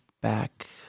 back